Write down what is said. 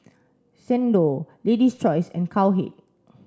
Xndo Lady's Choice and Cowhead